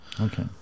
Okay